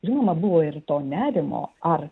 žinoma buvo ir to nerimo ar